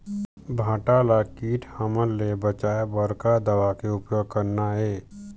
भांटा ला कीट हमन ले बचाए बर का दवा के उपयोग करना ये?